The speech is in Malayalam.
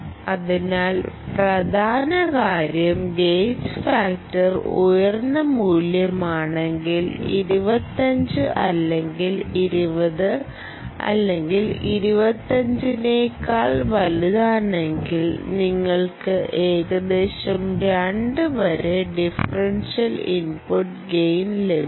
അതിനാൽ പ്രധാന കാര്യം ഗേജ് ഫാക്ടർ ഉയർന്ന മൂല്യമാണെങ്കിൽ 25 അല്ലെങ്കിൽ 20 അല്ലെങ്കിൽ 25 എന്നതിനേക്കാൾ വലുതാണെങ്കിൽ നിങ്ങൾക്ക് ഏകദേശം 2 വരെ ഡിഫറൻഷ്യൽ ഇൻപുട്ട് ഗെയിൻ ലഭിക്കാം